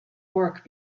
work